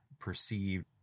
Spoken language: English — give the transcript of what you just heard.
perceived